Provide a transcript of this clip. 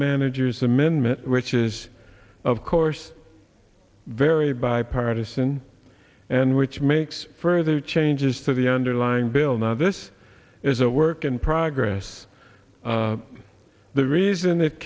manager's amendment which is of course very bipartisan and which makes further changes to the underlying bill now this is a work in progress the reason